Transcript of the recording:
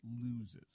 loses